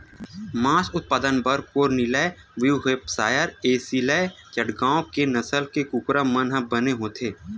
मांस उत्पादन बर कोरनिलए न्यूहेपसायर, असीलए चटगाँव ए नसल के कुकरा मन ह बने होथे